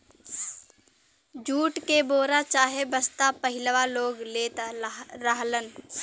jute के बोरा चाहे बस्ता पहिलवां लोग लेत रहलन